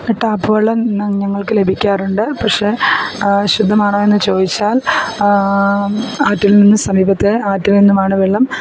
tap വെള്ളം ഞ ഞങ്ങൾക്ക് ലഭിക്കാറുണ്ട് പക്ഷേ ശുദ്ധമാണോ എന്ന് ചോദിച്ചാൽ ആറ്റിൽ നിന്ന് സമീപത്തെ ആറ്റിൽ നിന്നുമാണ് വെള്ളം